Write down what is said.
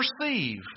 perceive